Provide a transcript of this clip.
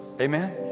amen